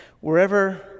Wherever